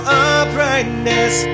uprightness